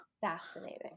fascinating